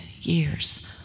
years